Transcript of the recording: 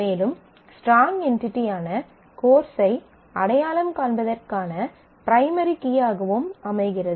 மேலும் ஸ்ட்ராங் என்டிடியான கோர்ஸ் ஐ அடையாளம் காண்பதற்கான பிரைமரி கீயாகவும் அமைகிறது